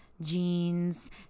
jeans